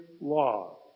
Law